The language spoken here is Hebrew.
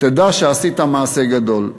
תדע שעשית מעשה גדול.